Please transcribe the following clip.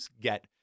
get